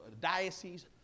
diocese